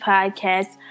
Podcast